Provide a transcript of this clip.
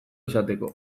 izateko